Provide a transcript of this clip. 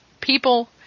people